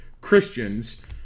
Christians